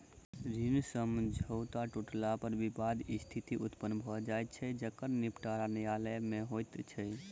ऋण समझौता टुटला पर विवादक स्थिति उत्पन्न भ जाइत छै जकर निबटारा न्यायालय मे होइत छै